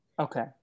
Okay